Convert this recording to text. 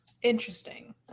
Interesting